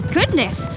Goodness